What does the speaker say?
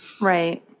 Right